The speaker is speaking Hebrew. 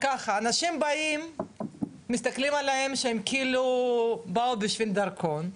אנשים באים ומסתכלים עליהם שהם כאילו באו בשביל דרכון,